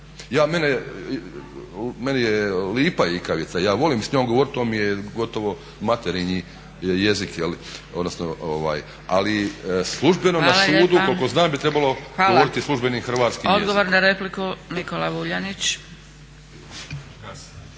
Meni je lipa ikavica ja volim s njom govoriti, to mi je gotovo materinji jezik ali služeno na sudu koliko znam bi trebalo govoriti službenim hrvatskim jezikom.